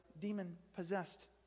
demon-possessed